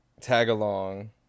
tag-along